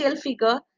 figure